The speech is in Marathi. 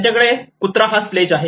त्यांच्याकडे हा कुत्रा स्लेज आहे